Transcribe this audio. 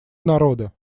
народа